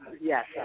yes